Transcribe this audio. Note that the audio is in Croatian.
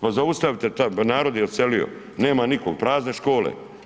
Pa zaustavite to, pa narod je odselio, nema nikog, prazne škole.